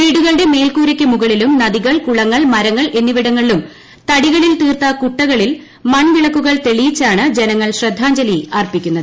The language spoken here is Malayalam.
വീടുകളുടെ മേൽക്കൂരയ്ക്ക് മുകളിലും നദികൾ കുളങ്ങൾ മരങ്ങൾ എന്നിവിടങ്ങളിലും തടികളിൽ തീർത്ത കൂട്ടകളിൽ മൺവിളക്കുകൾ തെളിയിച്ചാണ് ജനങ്ങൾ ശ്രദ്ധാജ്ഞലി അർപ്പിക്കുന്നത്